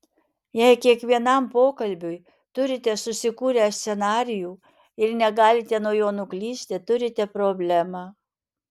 jei kiekvienam pokalbiui turite susikūrę scenarijų ir negalite nuo jo nuklysti turite problemą